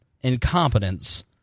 incompetence